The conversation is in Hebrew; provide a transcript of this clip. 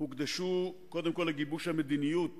הוקדשו קודם כול לגיבוש המדיניות